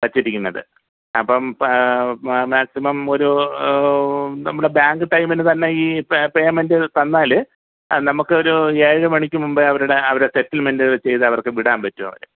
വച്ചിരിക്കുന്നത് അപ്പം മാക്സിമം ഒരു നമ്മുടെ ബാങ്ക് ടൈമിന് തന്നെ ഈ പെ പെയ്മെൻറ്റ് തന്നാൽ അത് നമുക്കൊരു ഏഴ് മണിക്ക് മുമ്പേ അവരുടെ അവരെ സെറ്റിൽമെൻറ്റ് ചെയ്ത് അവർക്ക് വിടാൻ പറ്റു അവരെ